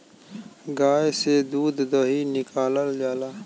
गाय से दूध दही निकालल जाला